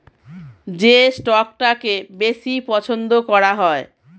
যে স্টকটাকে বেশি পছন্দ করা হয়